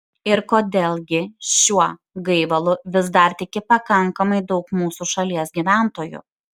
ir kodėl gi šiuo gaivalu vis dar tiki pakankamai daug mūsų šalies gyventojų